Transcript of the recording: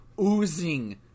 oozing